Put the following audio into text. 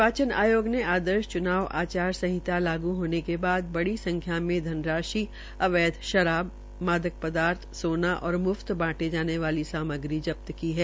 निर्वाचन आयोग ने आदर्श च्नाव सहिता लागू के बाद बड़ी संख्या में धन राशि अवैध शराब मादक पदार्थ सोना और म्फत बांटी जाने वाली सामग्री जब्त की है